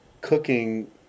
cooking